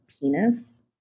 penis